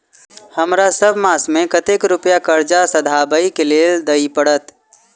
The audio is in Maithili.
हमरा सब मास मे कतेक रुपया कर्जा सधाबई केँ लेल दइ पड़त?